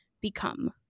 become